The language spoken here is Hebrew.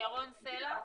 ירון סלע.